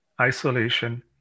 isolation